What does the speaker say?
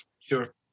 Sure